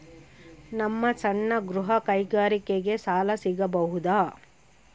ನಮ್ಮ ಸಣ್ಣ ಗೃಹ ಕೈಗಾರಿಕೆಗೆ ಸಾಲ ಸಿಗಬಹುದಾ?